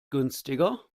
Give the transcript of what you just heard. günstiger